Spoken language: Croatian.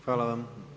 Hvala vam.